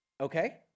Okay